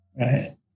Right